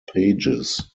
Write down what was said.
pages